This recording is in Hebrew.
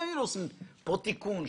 היינו עושים פה תיקון,